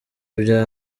bya